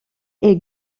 est